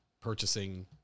purchasing